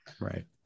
Right